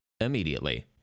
immediately